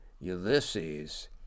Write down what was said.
Ulysses